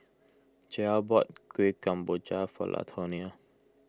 Joel bought Kueh Kemboja for Latonia